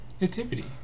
Nativity